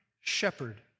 shepherd